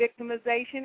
victimization